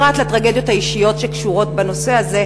פרט לטרגדיות האישיות שקשורות בנושא הזה,